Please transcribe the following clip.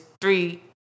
three